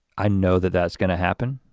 i know that that's gonna happen